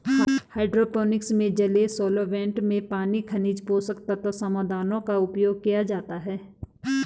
hydroponics में जलीय solvents में पानी खनिज पोषक तत्व समाधानों का उपयोग किया जाता है